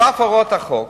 "על אף הוראות החוק"